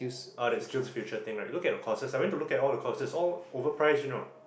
uh SkillsFuture thing right you look at the courses I went to look at all the courses all overpriced you know